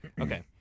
Okay